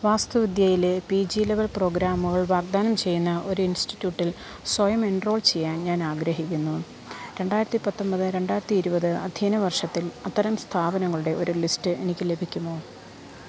വാസ്തുവിദ്യയിലെ P G level പ്രോഗ്രാമുകൾ വാഗ്ദാനം ചെയ്യുന്ന ഒരു ഇൻസ്റ്റിറ്റ്യൂട്ടിൽ സ്വയം എൻറോൾ ചെയ്യാൻ ഞാൻ ആഗ്രഹിക്കുന്നു രണ്ടായിരത്തി പത്തൊമ്പത് രണ്ടായിരത്തി ഇരുപത് അധ്യയന വർഷത്തിൽ അത്തരം സ്ഥാപനങ്ങളുടെ ഒരു ലിസ്റ്റ് എനിക്ക് ലഭിക്കുമോ